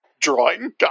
drawing